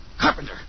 Carpenter